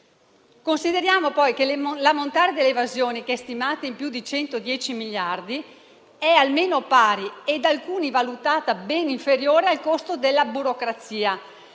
Consideriamo poi che l'ammontare dell'evasione, stimata in più di 110 miliardi, è almeno pari - e da alcuni valutata ben inferiore - al costo della burocrazia.